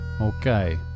Okay